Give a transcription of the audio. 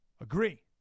Agree